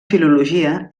filologia